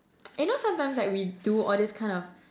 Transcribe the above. you know sometimes like we do all this kind of